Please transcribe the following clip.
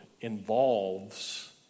involves